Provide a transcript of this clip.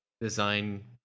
design